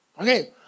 Okay